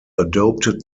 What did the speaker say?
adopted